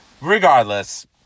Regardless